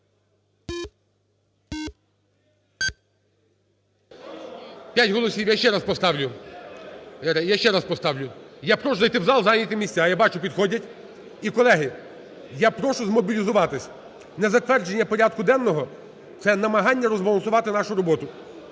5 голосів. Я ще раз поставлю, я ще раз поставлю. Я прошу зайти в зал, зайняти місця. Я бачу підходять. І, колеги, я прошу змобілізуватися. Незатвердження порядку денного – це намагання розбалансувати нашу роботу.